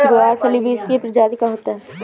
ग्वारफली बींस की प्रजाति का होता है